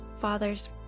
Fathers